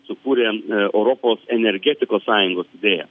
sukūrėm europos energetikos sąjungos idėją